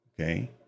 Okay